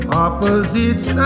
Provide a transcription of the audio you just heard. opposites